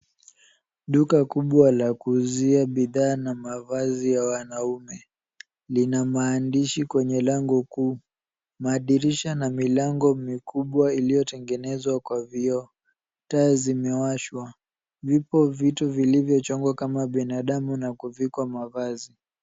Duka kubwa la kuuzia bidhaa na mavazi ya wanaume. Lina maandishi kwenye lango kuu. Madirisha na milango mikubwa iliyotengenezwa kwa vioo. Taa zimewashwa. Vipo vitu vilivyochongwa kama binadamu na kuvikwa mavazi.